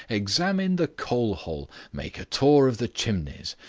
examine the coal-hole. make a tour of the chimneys.